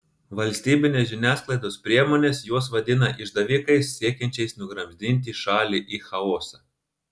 valstybinės žiniasklaidos priemonės juos vadina išdavikais siekiančiais nugramzdinti šalį į chaosą